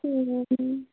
হুম